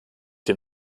dem